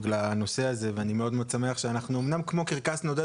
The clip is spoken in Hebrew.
לנושא הזה ואני מאוד מאוד שמח שאנחנו אמנם כמו קרקס נודד,